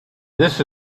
this